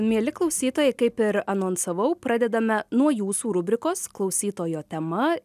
mieli klausytojai kaip ir anonsavau pradedame nuo jūsų rubrikos klausytojo tema